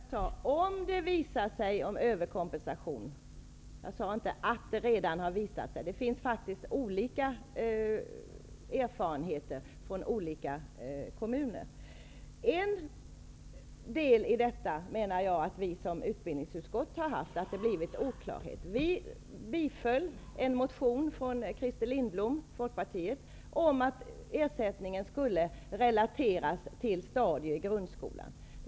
Herr talman! Bengt Silfverstrand, jag sade om det visar sig att överkompensation förekommit, jag sade inte att det redan har visat sig. Det finns faktiskt olika erfarenheter från olika kommuner. Vi i utbildningsutskottet har del i att det uppstått oklarheter. Vi tillstyrkte en motion från folkpartisten Christer Lindblom om att ersättningen skulle relateras till stadier i grundskolan.